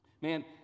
Man